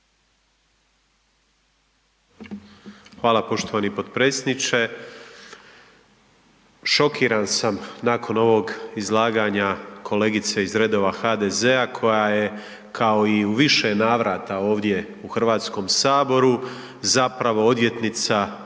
Hvala poštovani potpredsjedniče. Šokiran sam nakon ovog izlaganja kolegice iz redova HDZ-a koja je kao i u više navrata ovdje u Hrvatskome saboru zapravo odvjetnica banaka,